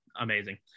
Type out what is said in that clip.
amazing